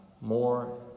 more